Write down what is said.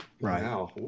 Right